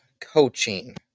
coaching